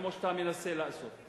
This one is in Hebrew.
כמו שאתה מנסה לעשות.